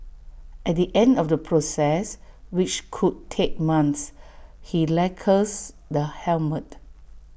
at the end of the process which could take months he lacquers the helmet